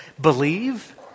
Believe